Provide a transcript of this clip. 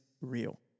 real